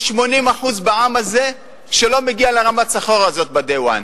יש 80% בעם הזה שלא מגיעים לרמת השכר הזאת ב-day one.